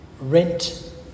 rent